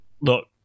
Look